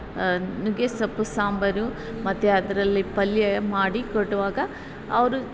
ನುಗ್ಗೆ ಸೊಪ್ಪು ಸಾಂಬಾರು ಮತ್ತು ಅದರಲ್ಲಿ ಪಲ್ಯ ಮಾಡಿ ಕೊಡುವಾಗ ಅವರು